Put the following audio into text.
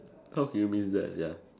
how can you miss that sia